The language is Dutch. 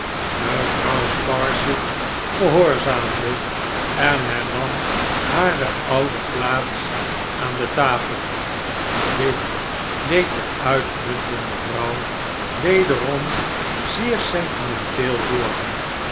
mevrouw sparsit gehoorzaamde en hernam hare oude plaats aan de tafel dit deed de uitmuntende vrouw wederom zeer sentimenteel worden